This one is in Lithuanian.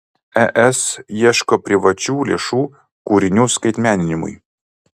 es ieško privačių lėšų kūrinių skaitmeninimui